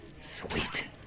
sweet